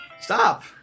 stop